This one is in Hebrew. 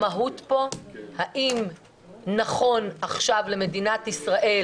המהות היא האם נכון עכשיו למדינת ישראל